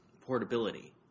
portability